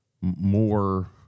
more